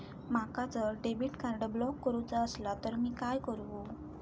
माका जर debit card block करूचा असला तर मी काय करू?